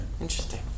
Interesting